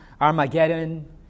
Armageddon